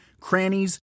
crannies